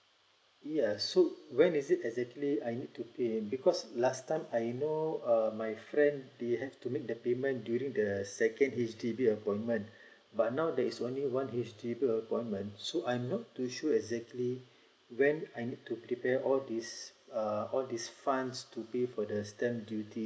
ya so when is it exactly I need to pay because last time I know uh my friend they have to make the payment during the second H_D_B appointment but now there is only one H_D_B appointment so I'm not too sure exactly when I need to prepare all these uh all these funds to pay for the stamp duty